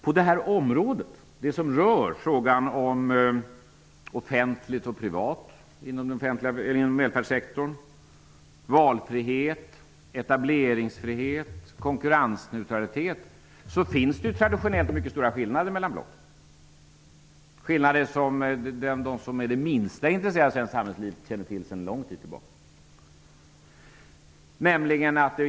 På det här området -- när det gäller sådant som rör frågan om offentligt och privat inom välfärdssektorn, valfrihet, etableringsfrihet, konkurrensneutralitet -- finns det traditionellt mycket stora skillnader mellan blocken, skillnader som de som är det minsta intresserade av svenskt samhällsliv känner till sedan lång tid tillbaka.